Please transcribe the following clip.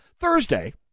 Thursday